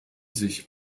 sich